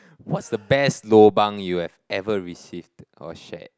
what's the best lobang you have ever received or shared